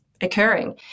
occurring